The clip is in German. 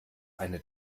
eine